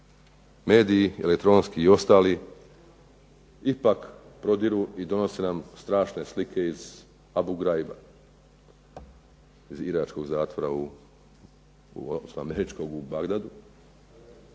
mediji elektronski i ostali ipak prodiru i donose nam strašne slike iz …/Govornik se ne razumije./…, iz iračkog zatvora, odnosno američkog u Bagdadu,